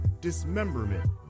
dismemberment